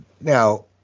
now